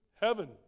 heaven